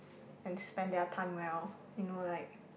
and spend their time well you know like